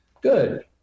Good